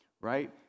right